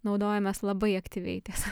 naudojamės labai aktyviai tiesa